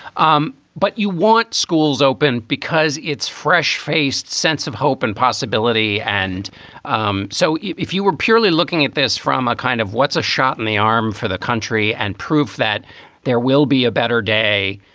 um but you want schools open because it's fresh faced sense of hope and possibility. and um so if you were purely looking at this from a kind of what's a shot in the arm for the country and proved that there will be a better day,